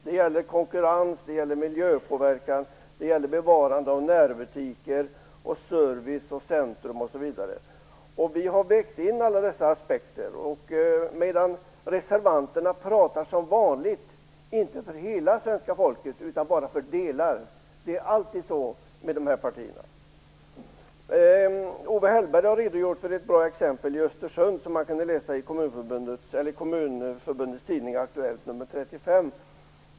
Det gäller konkurrens, det gäller miljöpåverkan, det gäller bevarande av närbutiker, service, centrum osv. Vi har vägt in alla dessa aspekter. Reservanterna pratar som vanligt - inte för hela svenska folket utan bara för delar. Det är alltid så med de här partierna. Owe Hellberg redogjorde för ett bra exempel i Östersund som man kunde läsa om i Kommunförbundets tidning Aktuellt nr 35.